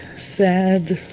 sad,